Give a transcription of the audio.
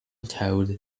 told